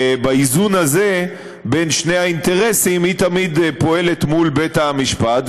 באיזון הזה בין שני האינטרסים היא תמיד פועלת מול בית-המשפט,